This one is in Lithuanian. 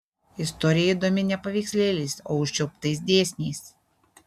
istorija įdomi ne paveikslėliais o užčiuoptais dėsniais